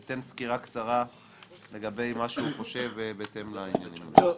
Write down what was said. היועץ המשפטי ייתן סקירה קצרה לגבי מה שהוא חושב בהתאם לעניינים הללו.